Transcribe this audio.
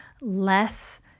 less